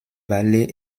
vallée